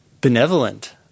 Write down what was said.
benevolent